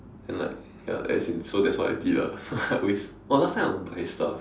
and like ya as in so that's what I did ah I always oh last time I will always buy stuff